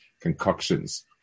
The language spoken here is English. concoctions